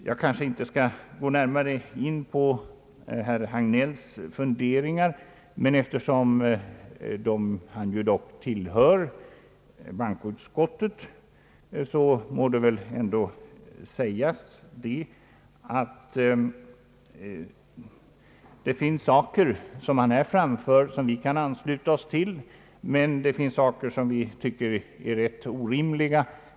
Jag skall kanske inte närmare gå in på herr Hagnells funderingar, men efiersom han tillhör bankoutskottet må det ändå sägas att han här framför synpunkter som vi kan ansluta oss till men också synpunkter som vi finner rätt orimliga.